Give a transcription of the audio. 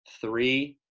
Three